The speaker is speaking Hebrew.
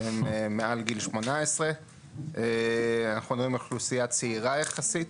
הם מעל גיל 18. אנחנו מדברים על אוכלוסייה צעירה יחסית,